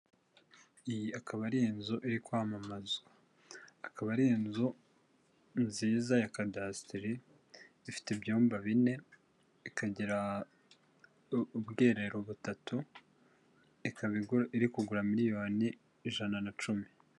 Iyi akaba ar’inzu iri kwamamazwa, akaba ar’inzu nziza ya cadasteri ifite ibyumba bine, ikagira ubwiherero butatu, ikaba iri kugura miliyoni ijana na cumi.